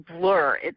Blur